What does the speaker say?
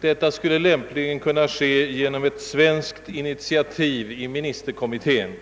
Detta skulle lämpligen kunna ske genom ett svenskt initiativ i ministerkommittén.